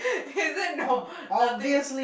is it no nothing